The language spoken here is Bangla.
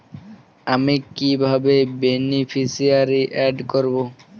আমি কিভাবে বেনিফিসিয়ারি অ্যাড করব?